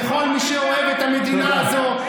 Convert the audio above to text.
לכל מי שאוהב את המדינה הזו,